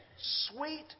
sweet